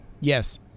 yes